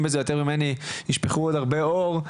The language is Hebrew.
בזה הרבה יותר ממני ישפכו הרבה אור,